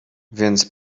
więc